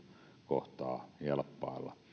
kohtaa jelppailla